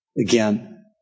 again